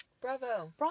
Bravo